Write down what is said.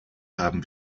haben